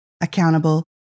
accountable